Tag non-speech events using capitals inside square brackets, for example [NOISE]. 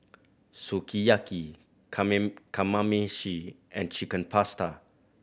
Sukiyaki [UNINTELLIGIBLE] Kamameshi and Chicken Pasta